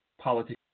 politics